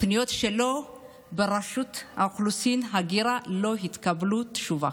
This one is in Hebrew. הפניות של הציבור לרשות האוכלוסין וההגירה לא התקבלה תשובה.